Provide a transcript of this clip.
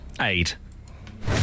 aid